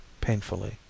painfully